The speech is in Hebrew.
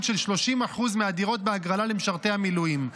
של 30% מהדירות בהגרלה למשרתי המילואים.